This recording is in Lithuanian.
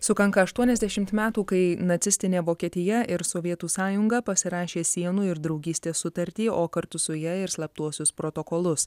sukanka aštuoniasdešimt metų kai nacistinė vokietija ir sovietų sąjunga pasirašė sienų ir draugystės sutartį o kartu su ja ir slaptuosius protokolus